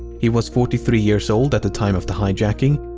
he was forty three years old at the time of the hijacking.